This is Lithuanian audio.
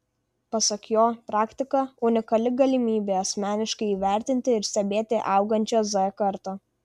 pasak jo praktika unikali galimybė asmeniškai įvertinti ir stebėti augančią z kartą